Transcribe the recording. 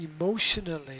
emotionally